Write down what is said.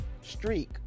streak